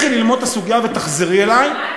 אפשר לפתוח את זה, אבל.